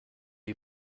you